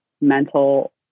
mental